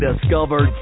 discovered